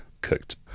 cooked